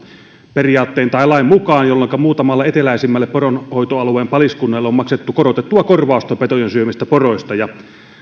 lain mukaan jolloinka muutamalle eteläisimmälle poronhoitoalueen paliskunnalle on on maksettu korotettua korvausta petojen syömistä poroista